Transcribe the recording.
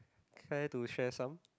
care to share some